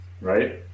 Right